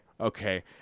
okay